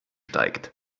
steigt